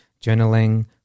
journaling